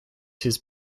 his